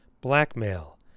Blackmail